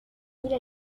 إلى